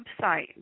website